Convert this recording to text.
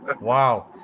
Wow